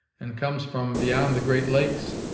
and comes from beyond the great lakes.